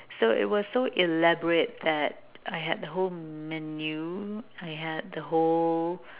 so it was so elaborate that I had a whole menu I had the whole